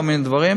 כל מיני דברים.